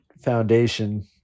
foundation